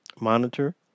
monitor